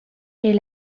est